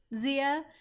Zia